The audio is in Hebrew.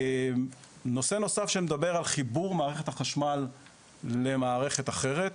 נושא נוסף מדבר על חיבור מערכת החשמל למערכת אחרת.